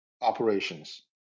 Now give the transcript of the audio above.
operations